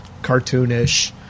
cartoonish